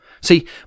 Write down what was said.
See